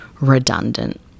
redundant